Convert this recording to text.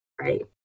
Right